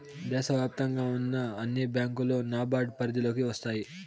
దేశ వ్యాప్తంగా ఉన్న అన్ని బ్యాంకులు నాబార్డ్ పరిధిలోకి వస్తాయి